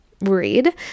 read